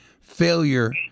Failure